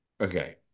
Okay